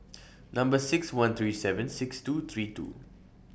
Number six one three seven six two three two